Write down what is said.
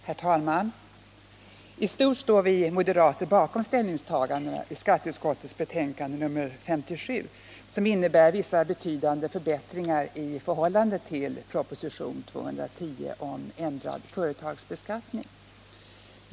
Herr talman! I stort står vi moderater bakom ställningstagandena i skatteutskottets betänkande nr 57, som innebär vissa betydande förbättringar i förhållande till propositionen 210 om ändrad företagsbeskattning.